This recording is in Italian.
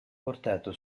portato